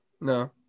No